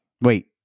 Wait